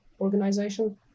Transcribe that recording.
organization